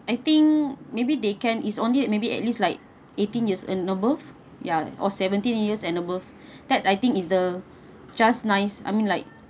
I think maybe they can is only maybe at least like eighteen years and above ya or seventeen years and above that I think is the just nice I mean like